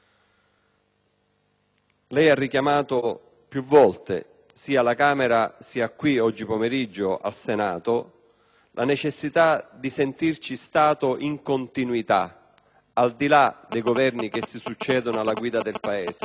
ha richiamato più volte, sia alla Camera sia oggi pomeriggio al Senato, la necessità di sentirci Stato in continuità, al di là dei Governi che si succedono alla guida del Paese,